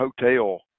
hotel